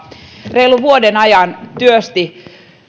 reilun vuoden ajan työsti